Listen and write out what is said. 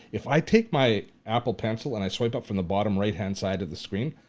if i take my apple pencil, and i swipe up from the bottom right-hand side of the screen,